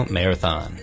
Marathon